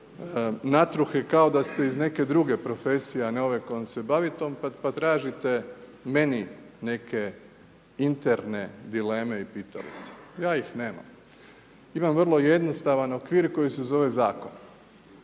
natruhe kao da ste iz neke druge profesije, a ne ove kojom se bavite pa tražite meni neke interne dileme i pitalice. Ja ih nemam. Imam vrlo jednostavan okvir koji se zove zakon,